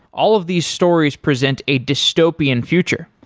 all of these stories present a dystopian future.